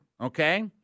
okay